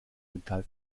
metall